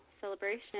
celebration